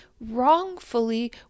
wrongfully